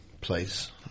place